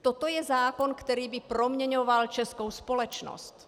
Toto je zákon, který by proměňoval českou společnost.